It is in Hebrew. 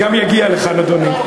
גם יגיע לכאן אדוני.